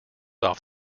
off